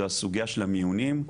זו הסוגיה של המיונים.